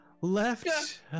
left